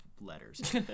letters